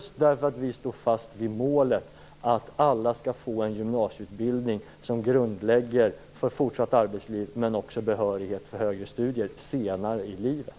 Skälet är just att vi står fast vid målet att alla skall få en gymnasieutbildning som lägger en grund för fortsatt arbetsliv men också ger behörighet för högre studier senare i livet.